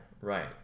Right